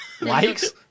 Likes